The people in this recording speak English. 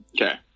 Okay